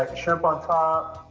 like shrimp on top.